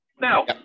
Now